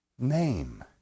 name